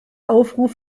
aufruf